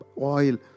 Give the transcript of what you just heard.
oil